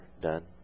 done